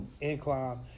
incline